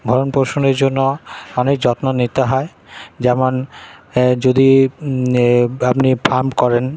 ভরণপোষণের জন্য অনেক যত্ন নিতে হয় যেমন যদি আপনি পাম্প করেন